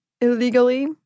illegally